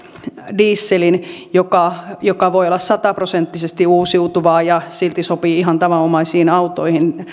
dieselin joka joka voi olla sataprosenttisesti uusiutuvaa ja silti sopii ihan tavanomaisiin autoihin